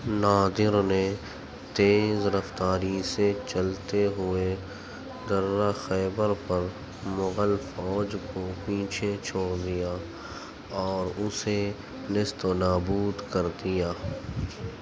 نادر نے تیز رفتاری سے چلتے ہوئے درہ خیبر پر مغل فوج کو پیچھے چھوڑ دیا اور اسے نیست و نابود کر دیا